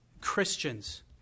Christians